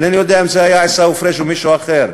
אינני יודע אם זה היה עיסאווי פריג' או מישהו אחר,